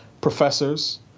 professors